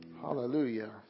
hallelujah